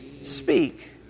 speak